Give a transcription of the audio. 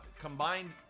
combined